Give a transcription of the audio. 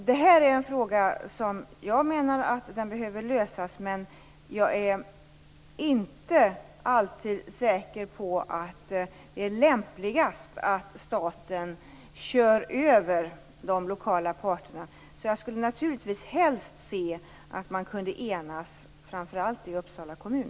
Det här är en fråga som behöver lösas, men jag är inte säker på att det alltid är lämpligast att staten kör över de lokala parterna. Jag skulle naturligtvis helst se att man först kunde enas, framför allt i Uppsala kommun.